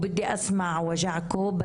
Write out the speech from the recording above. זה קודם כל הדבר הכי עצוב ששמענו אותו פה,